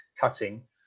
cutting